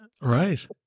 Right